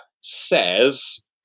says